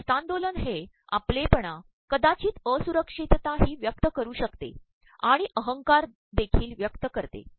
हस्त्तांदोलन हे आपलेपणा कदाचचत असुरक्षक्षतता ही व्यक्त करू शकतेआणण अहंकार देखील व्यक्त करेल